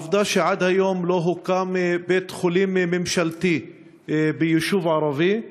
העובדה שעד היום לא הוקם בית-חולים ממשלתי ביישוב ערבי,